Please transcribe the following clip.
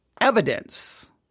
evidence